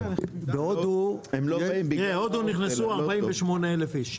תראה, הודו נכנסו 48,000 איש.